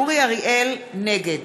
אורי אריאל, נגד